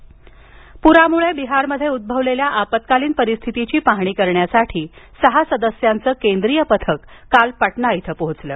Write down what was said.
पथक पुरामुळे बिहारमध्ये उद्भवलेल्या आपत्कालीन परिस्थितीची पाहणी करण्यासाठी सहा सदस्यांच केंद्रीय पथक काल पाटणा इथं पोहोचलं